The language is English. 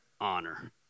honor